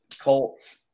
Colts